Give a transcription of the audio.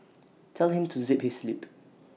tell him to zip his lip